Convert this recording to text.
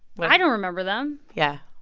what. i don't remember them yeah,